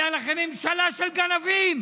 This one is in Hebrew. הייתה לכם ממשלה של גנבים,